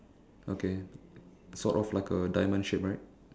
okay sort of like a diamond shaped right